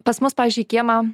pas mus pavyzdžiui į kiemą